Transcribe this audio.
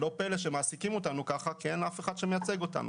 ולא פלא שמעסיקים אותנו כך כי אין אף אחד שמייצג אותנו.